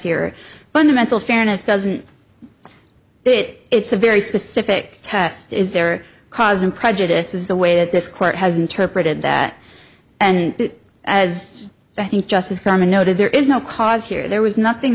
here fundamental fairness doesn't it it's a very specific test is there cause and prejudice is the way that this court has interpreted that and as i think justice common noted there is no cause here there was nothing